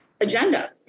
agenda